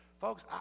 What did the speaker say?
Folks